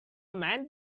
man